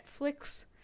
Netflix